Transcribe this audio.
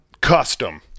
custom